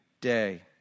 day